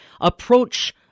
approach